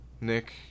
Nick